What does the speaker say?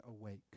awake